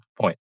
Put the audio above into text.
point